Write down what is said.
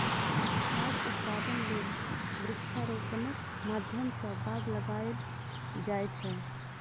खाद्य उत्पादन लेल वृक्षारोपणक माध्यम सं बाग लगाएल जाए छै